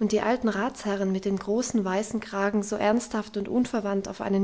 und die alten ratsherren mit den großen weißen kragen so ernsthaft und unverwandt auf einen